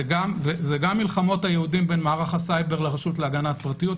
זה גם מלחמות היהודים בין מערך הסייבר לרשות להגנת פרטיות,